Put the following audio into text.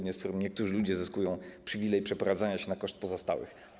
Niektórzy ludzie zyskują przywilej przeprowadzania się na koszt pozostałych.